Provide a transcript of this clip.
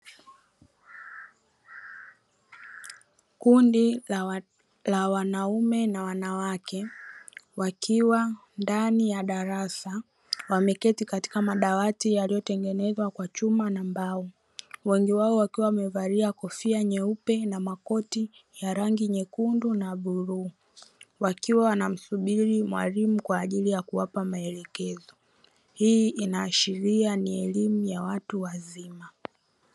Kundi la wanaume na wanawake wakiwa ndani ya darasa wameketi katika madawati yaliyotengenezwa kwa chuma na mbao. Wengi wao wakiwa wamevalia kofia nyeupe na makoti ya rangi nyekundu na bluu, wakiwa wanamsubiri mwalimu kwa ajili ya kuwapa maelekezo, hii inaashiria ni elimu ya watu wazima.